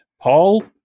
Paul